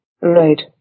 Right